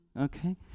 Okay